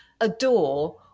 adore